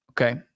Okay